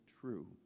true